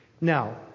Now